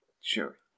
Sure